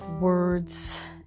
words